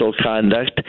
conduct